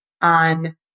on